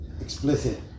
Explicit